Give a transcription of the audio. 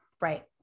right